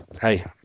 hey